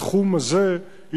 בתחום הזה,